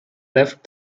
left